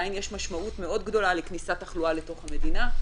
עדיין יש משמעות מאוד גדולה לכניסת תחלואה לתוך המדינה.